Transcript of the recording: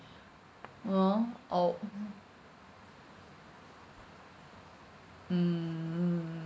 you know our mm